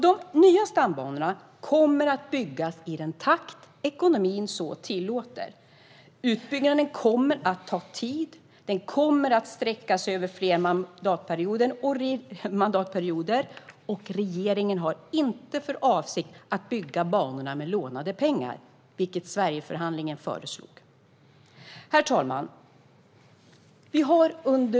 De nya stambanorna kommer att byggas i den takt ekonomin tillåter. Utbyggnaden kommer att ta tid och sträcka sig över flera mandatperioder. Regeringen har inte för avsikt att bygga banorna med lånade pengar, vilket Sverigeförhandlingen föreslog. Herr talman!